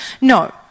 no